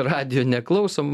radijo neklausom